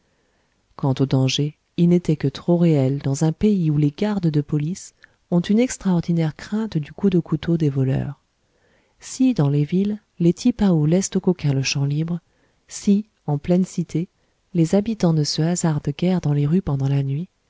quant aux dangers ils n'étaient que trop réels dans un pays où les gardes de police ont une extraordinaire crainte du coup de couteau des voleurs si dans les villes les tipaos laissent aux coquins le champ libre si en pleine cité les habitants ne se hasardent guère dans les rues pendant la nuit